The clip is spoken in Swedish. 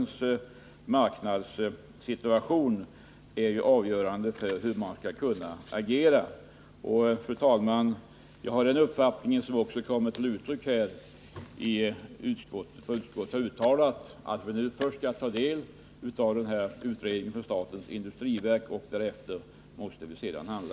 Dess marknadssituation är alltså avgörande för hur vi skall agera. Fru talman! Min uppfattning är således samma som den som kommer till uttryck i utskottsbetänkandet, nämligen att vi först skall ta del av utredningen inom statens industriverk. Därefter måste vi handla.